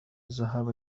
الذهاب